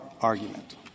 argument